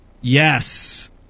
Yes